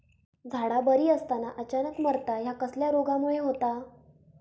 झाडा बरी असताना अचानक मरता हया कसल्या रोगामुळे होता?